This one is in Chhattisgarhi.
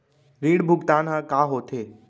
ऋण भुगतान ह का होथे?